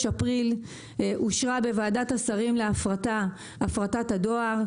אפריל אושרה בוועדת השרים להפרטה הפרטת הדואר.